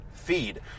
Feed